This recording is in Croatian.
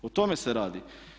O tome se radi.